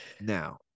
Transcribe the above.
Now